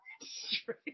Straight